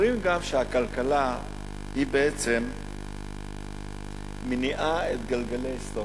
אומרים גם שהכלכלה היא בעצם המניעה את גלגלי ההיסטוריה,